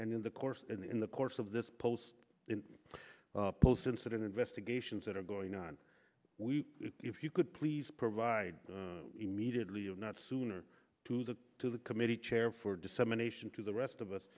in the course in the course of this post post incident investigations that are going on we if you could please provide immediately or not sooner to the to the committee chair for dissemination to the rest of us